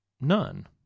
none